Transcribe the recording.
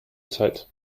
zeit